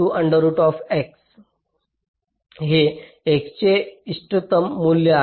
हे X चे इष्टतम मूल्य आहे